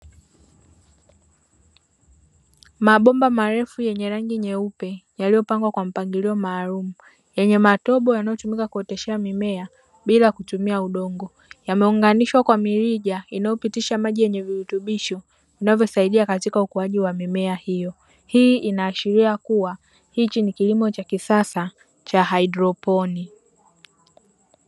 Mambomba marefu yenye rangi nyeupe yaliyopangwa kwa mpangilio maalumu yenye matobo yanayotumika kuoteshea mimea bila kutumia udongo. Yameunganishwa kwa mirija inayopitisha maji yenye virutubisho vinavyosaidia katika ukuaji wa mimea hiyo, hii inaashiria kuwa hiki ni kilimo cha kisasa cha haidroponi.